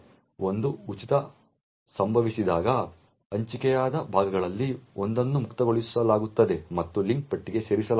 ಒಂದು ಉಚಿತ ಸಂಭವಿಸಿದಾಗ ಹಂಚಿಕೆಯಾದ ಭಾಗಗಳಲ್ಲಿ ಒಂದನ್ನು ಮುಕ್ತಗೊಳಿಸಲಾಗುತ್ತದೆ ಮತ್ತು ಲಿಂಕ್ ಪಟ್ಟಿಗೆ ಸೇರಿಸಲಾಗುತ್ತದೆ